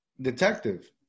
Detective